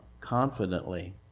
confidently